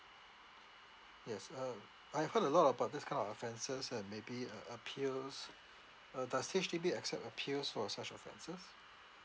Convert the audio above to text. yes uh I heard a lot about this kind of offences and maybe uh appeals uh does H_D_B accept appeals for such offences